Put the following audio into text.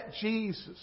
Jesus